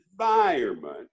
environment